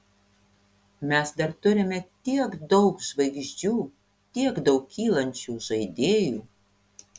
mes dar turime tiek daug žvaigždžių tiek daug kylančių žaidėjų